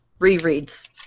rereads